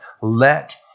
Let